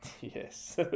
Yes